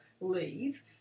leave